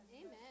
Amen